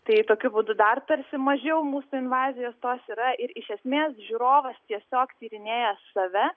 tai tokiu būdu dar tarsi mažiau mūsų invazijos tos yra ir iš esmės žiūrovas tiesiog tyrinėja save